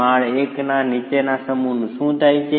માળ 1 ના નીચેના સમૂહનું શું થાય છે